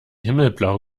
himmelblau